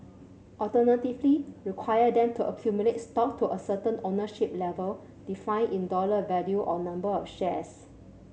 alternatively require them to accumulate stock to a certain ownership level defined in dollar value or number of shares